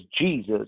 Jesus